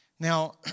Now